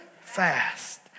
fast